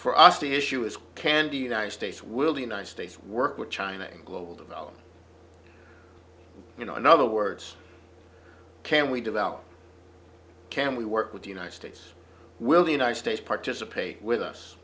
for us the issue is can the united states will the united states work with china in global development you know in other words can we develop can we work with the united states will the united states participate with us